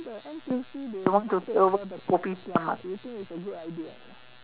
the N_T_U_C they want to take over the Kopitiam ah do you think it's a good idea